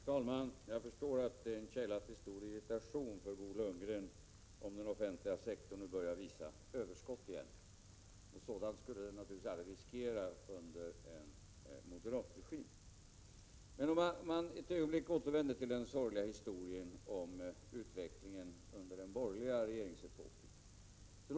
Herr talman! Jag förstår att det är en källa till stor irritation för Bo Lundgren om den offentliga sektorn nu börjar visa överskott igen. Något sådant skulle naturligtvis aldrig riskeras under en moderat regim. Vi kan ett ögonblick återvända till den sorgliga historien om utvecklingen under den borgerliga regeringsepoken.